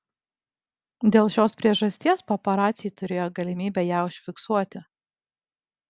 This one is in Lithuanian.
dėl šios priežasties paparaciai turėjo galimybę ją užfiksuoti